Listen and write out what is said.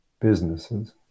businesses